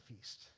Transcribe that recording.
feast